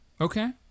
Okay